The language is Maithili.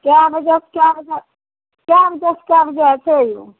कै बजेसे कै बजे कै बजेसे कै बजे होइ छै यौ